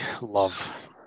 love